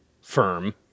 firm